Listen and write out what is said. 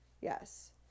yes